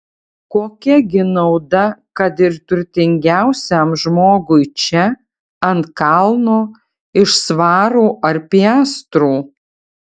kokia gi nauda kad ir turtingiausiam žmogui čia ant kalno iš svarų ar piastrų